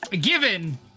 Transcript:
given